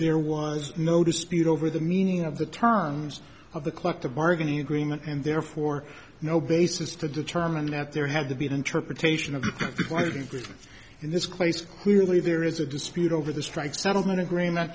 there was no dispute over the meaning of the terms of the collective bargaining agreement and therefore no basis to determine that there had to be an interpretation of what is good in this case clearly there is a dispute over the strike settlement agreement